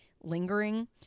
lingering